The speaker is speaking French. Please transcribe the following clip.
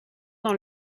dans